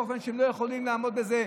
באופן שהם לא יכולים לעמוד בזה,